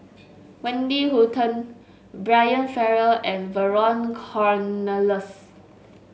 Wendy Hutton Brian Farrell and Vernon Cornelius